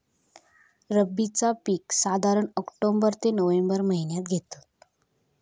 रब्बीचा पीक साधारण ऑक्टोबर ते नोव्हेंबर महिन्यात घेतत